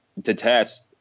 detached